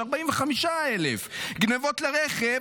45,000. גנבות לרכב,